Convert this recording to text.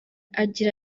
agira